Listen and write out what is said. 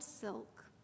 silk